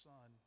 Son